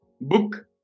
book